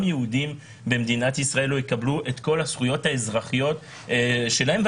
יהודים לא יקבלו את כל הזכויות האזרחיות שלהם.